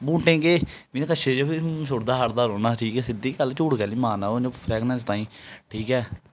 बूटें गी केह् मीं सिरे गी बी सुट्टदा सटदा रौह्न्ना ठीक ऐ सिद्धी गल्ल झूठ कैह्सी मारना इ'यां फ्रैगनस ताहीं ठीक ऐ